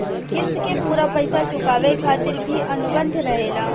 क़िस्त के पूरा पइसा चुकावे खातिर भी अनुबंध रहेला